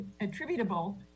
attributable